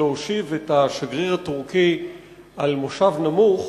להושיב את השגריר הטורקי על מושב נמוך